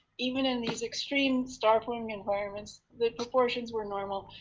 even in these extreme star forming environments, the proportions were normal,